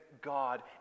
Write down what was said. God